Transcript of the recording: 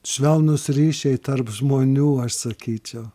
švelnūs ryšiai tarp žmonių aš sakyčiau